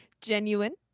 Genuine